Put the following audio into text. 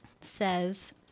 says